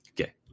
Okay